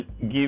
give